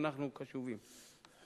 אנחנו קשובים.